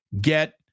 get